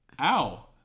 Ow